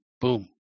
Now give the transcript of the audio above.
Boom